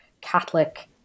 Catholic